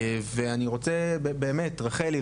אני רוצה לומר לך רחל,